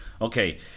Okay